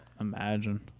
Imagine